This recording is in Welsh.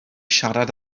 siarad